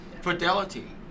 fidelity